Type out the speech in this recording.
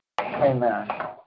Amen